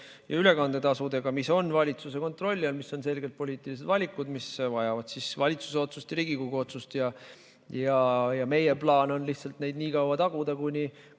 ja ülekandetasudega [seotud], mis on valitsuse kontrolli all, mis on selgelt poliitilised valikud, mis vajavad valitsuse otsust ja Riigikogu otsust. Meie plaan on lihtsalt neid nii kaua taguda, kuni